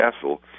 castle